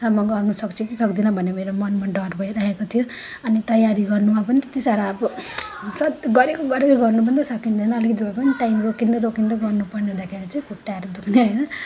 र म गर्नु सक्छु कि सक्दिनँ भन्ने मेरो मनमा डर भइरहेको थियो अनि तयारी गर्नुमा पनि त्यति साह्रो अब गरेको गरकै गर्नु पनि त सकिँदैन अलिकिति भए पनि टाइम रोकिँदै रोकिँदै गर्नु पर्ने हुँदाखेरि चाहिँ खुट्टाहरू दुख्ने होइन